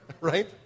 Right